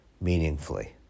meaningfully